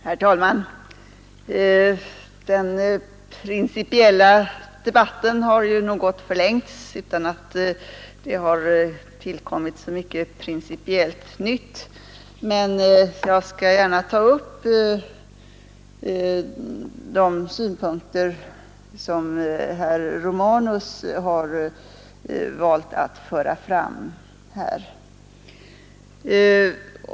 Herr talman! Den principiella debatten har ju något förlängts utan att det har tillkommit så mycket principiellt nytt, men jag skall gärna ta upp de synpunkter som herr Romanus har valt att föra fram här.